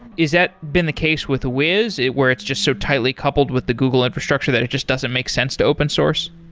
is that been the case with wiz where it's just so tightly coupled with the google infrastructure that it just doesn't make sense to open source?